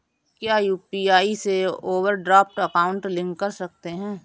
क्या यू.पी.आई से overdraft account link कर सकते हैं?